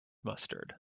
mustard